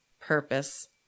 purpose